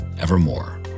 evermore